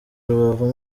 rubavu